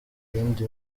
yindi